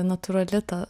natūrali ta